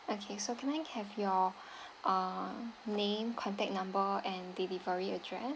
okay so can I have your uh name contact number and delivery address